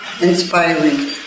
Inspiring